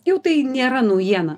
jau tai nėra naujiena